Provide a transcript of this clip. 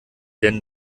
denn